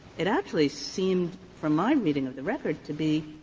it actually seemed, from my reading of the record, to be,